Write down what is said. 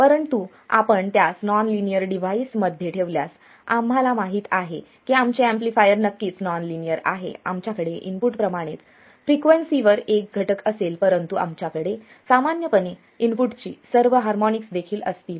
परंतु आपण त्यास नॉन लिनियर डिव्हाइसमध्ये ठेवल्यास आम्हाला माहित आहे की आमचे एम्पलीफायर नक्कीच नॉन लिनियर आहे आमच्याकडे इनपुट प्रमाणेच फ्रिक्वेन्सीवर एक घटक असेल परंतु आमच्याकडे सामान्यपणे इनपुटची सर्व हार्मोनिक्स देखील असतील